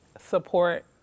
support